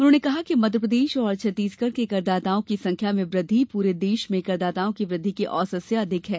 उन्होंने कहा कि मध्यप्रदेश एवं छत्तीसगढ़ के करदाताओं की सख्या में वृद्धि पूरे देश में करदाताओं की वृद्धि के औसत से अधिक है